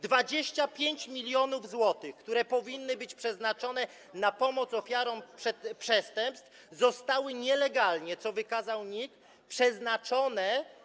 25 mln zł, które powinno być przeznaczone na pomoc ofiarom przestępstw, zostało nielegalnie, co wykazał NIK, przeznaczone.